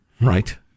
Right